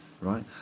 right